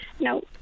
No